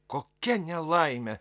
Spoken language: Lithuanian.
kokia nelaimė